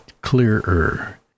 clearer